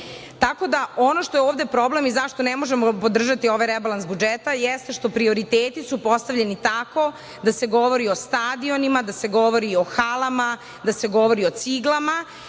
da, ono što je ovde problem i zašto ne možemo podržati ovaj rebalans budžeta jeste što prioriteti su postavljeni tako da se govori o stadionima, da se govori o halama, da se govori o ciglama,